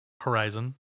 horizon